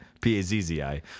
P-A-Z-Z-I